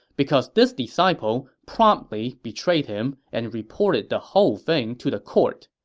because this disciple promptly betrayed him and reported the whole thing to the court.